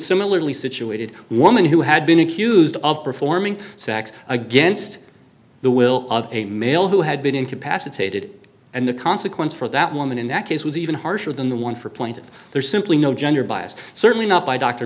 similarly situated woman who had been accused of performing sex against the will of a male who had been incapacitated and the consequence for that woman in that case was even harsher than the one for point there's simply no gender bias certainly not by d